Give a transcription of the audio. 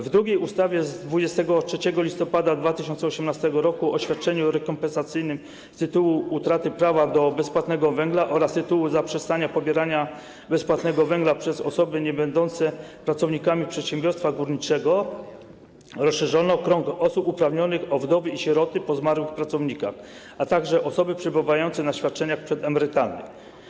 W drugiej ustawie z 23 listopada 2018 r. o świadczeniu rekompensacyjnym z tytułu utraty prawa do bezpłatnego węgla oraz z tytułu zaprzestania pobierania bezpłatnego węgla przez osoby niebędące pracownikami przedsiębiorstwa górniczego rozszerzono o krąg osób uprawnionych o wdowy i sieroty po zmarłych pracownikach, a także osoby przebywające na świadczeniach przedemerytalnych.